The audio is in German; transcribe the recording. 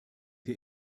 wir